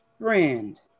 friend